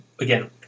again